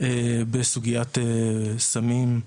בסוגיית סמים,